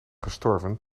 gestorven